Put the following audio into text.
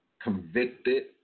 convicted